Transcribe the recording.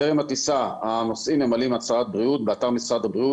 טרם הטיסה הנוסעים ממלאים הצהרת בריאות באתר משרד הבריאות